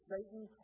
Satan